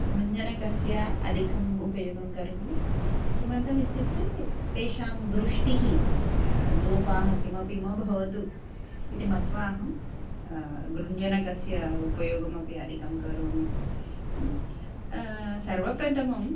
गृञ्जनकस्य अधिकम् उपयोगं करोमि किमर्थम् इत्युक्ते तेषां दृष्टिः लोपाः किमपि मा भवतु इति मत्वा अहं गृञ्जनकस्य उपयोगमपि अधिकं करोमि सर्वप्रथमम्